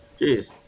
Jeez